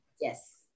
Yes